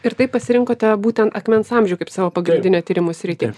ir taip pasirinkote būten akmens amžių kaip savo pagrindinių tyrimo sritį